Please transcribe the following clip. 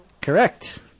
Correct